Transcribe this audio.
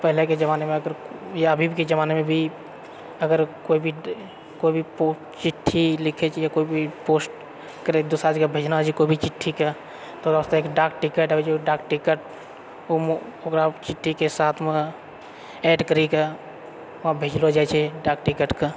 पहिलेके जमानेमे अगर या अभीके जमानेमे भी अगर कोइ भी कोइ भी चिठ्ठी लिखैत छै या केओ भी पोस्ट करैत छै दोसरा जगह भेजना छै कोइ चिठ्ठीके तऽ ओकरा वास्ते एक डाक टिकट आबै छै ओ डाक टिकट ओकरा चिठ्ठीके साथम एड करीके ओकरा भेजलो जाइ छै डाक टिकटके